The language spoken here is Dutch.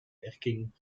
werking